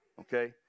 Okay